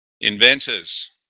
Inventors